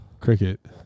cricket